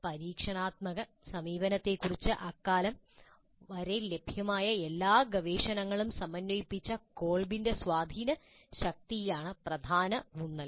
പരീക്ഷണാത്മക സമീപനങ്ങളെക്കുറിച്ച് അക്കാലം വരെ ലഭ്യമായ എല്ലാ ഗവേഷണങ്ങളും സമന്വയിപ്പിച്ച കോൾബിന്റെ സ്വാധീനശക്തിയാണ് പ്രധാന ഊന്നൽ